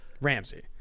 Ramsey